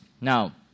Now